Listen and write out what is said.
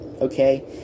okay